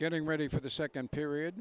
getting ready for the second period